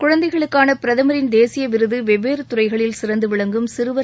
குழந்தைகளுக்கான பிரதமரின் தேசிய விருது வெவ்வேறு துறைகளில் சிறந்து விளங்கும் சிறுவர்